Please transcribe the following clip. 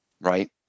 right